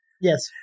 Yes